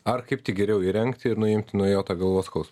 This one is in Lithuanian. ar kaip tik geriau įrengti ir nuimti nuo jo tą galvos skaus